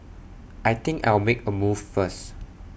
I think I'll make A move first